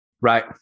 Right